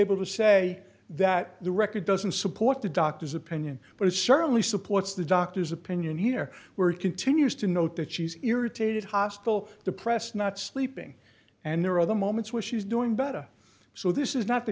able to say that the record doesn't support the doctor's opinion but it certainly supports the doctor's opinion here we're continues to note that she's irritated hostile depressed not sleeping and there are other moments where she's doing better so this is not the